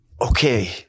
Okay